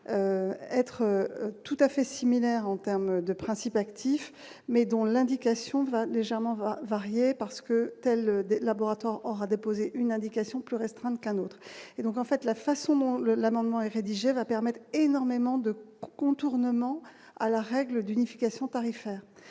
être tout à fait similaire en termes de principes actifs, mais dont l'indication va légèrement varier parce que telle des laboratoires aura déposé une indication plus restreinte qu'un autre, et donc en fait, la façon dont l'amendement et rédigé va permettre énormément de contournement à la règle d'unification tarifaire,